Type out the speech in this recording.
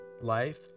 life